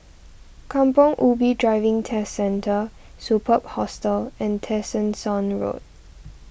Kampong Ubi Driving Test Centre Superb Hostel and Tessensohn Road